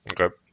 Okay